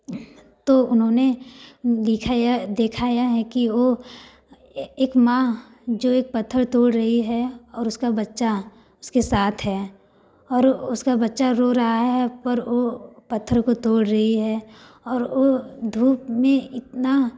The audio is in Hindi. तो उन्होंने लिखा यह दिखाया है कि वह ए एक माँ जो एक पत्थर तोड़ रही है और उसका बच्चा उसके साथ है और उसका बच्चा रो रहा है पर वह पत्थर को तोड़ रही है और वह धूप में इतना